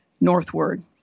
northward